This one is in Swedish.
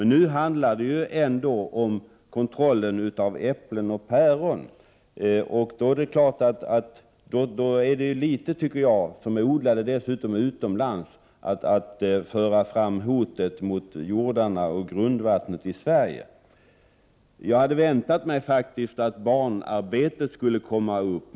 Nu handlade det ändå om kontrollen av äpplen och päron, som dessutom är odlade utomlands, och då tycker jag det är litet märkligt att föra fram hotet mot jordarna och grundvattnet i Sverige. Jag hade faktiskt väntat mig att barnarbetet skulle komma upp.